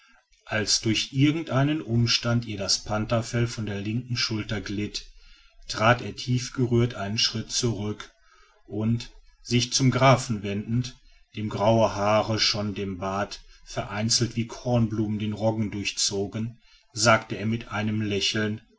als durch irgend einen umstand ihr das pantherfell von der linken schulter glitt trat er tief gerührt einen schritt zurück und sich zum grafen wendend dem graue haare schon den bart vereinzelt wie kornblumen den roggen durchzogen sagte er mit seinem lächeln